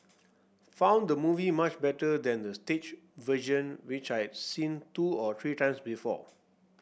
found the movie much better than the stage version which I had seen two or three times before